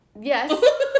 yes